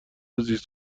زیست